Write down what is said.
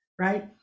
Right